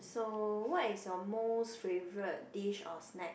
so what is your most favourite dish or snack